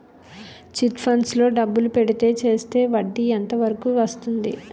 Chit funds లో డబ్బులు పెడితే చేస్తే వడ్డీ ఎంత వరకు వస్తుంది?